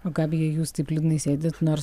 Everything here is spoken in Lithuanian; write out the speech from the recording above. o gabija jūs taip liūdnai sėdit nors